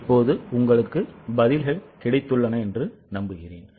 இப்போது உங்களுக்கு பதில்கள் கிடைத்துள்ளன என்று நம்புகிறேன்